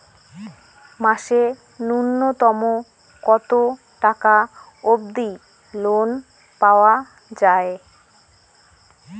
মাসে নূন্যতম কতো টাকা অব্দি লোন পাওয়া যায়?